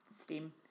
steam